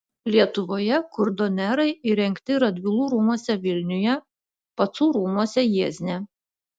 lietuvoje kurdonerai įrengti radvilų rūmuose vilniuje pacų rūmuose jiezne